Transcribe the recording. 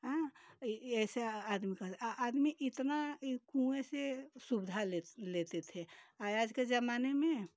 हाँ ऐसे आदमी करता आदमी इतना कुएँ से सुविधा लेते लेते थे आज के ज़माने में